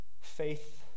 Faith